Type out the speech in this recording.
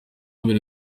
biri